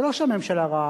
זה לא שהממשלה רעה.